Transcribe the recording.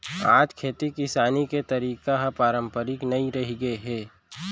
आज खेती किसानी के तरीका ह पारंपरिक नइ रहिगे हे